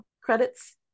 credits